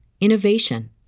innovation